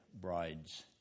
brides